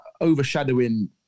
overshadowing